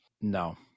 No